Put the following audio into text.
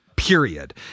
period